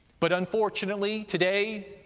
but unfortunately today,